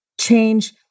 change